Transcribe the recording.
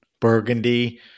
Burgundy